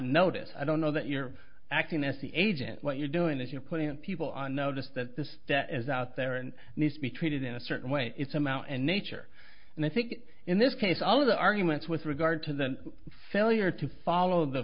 notice i don't know that you're acting as the agent what you're doing that you're putting people on notice that this debt is out there and needs to be treated in a certain way it's amount and nature and i think in this case all of the arguments with regard to the failure to follow the